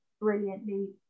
brilliantly